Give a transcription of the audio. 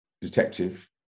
detective